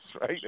right